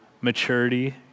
maturity